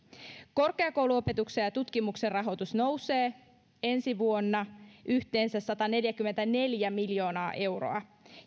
korkeakouluopetuksen ja tutkimuksen rahoitus nousee ensi vuonna yhteensä sataneljäkymmentäneljä miljoonaa euroa